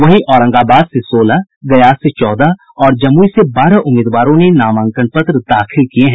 वहीं औरंगाबाद से सोलह गया से चौदह और जमुई से बारह उम्मीदवारों ने नामांकन पत्र दाखिल किये हैं